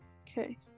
Okay